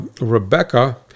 Rebecca